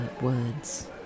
words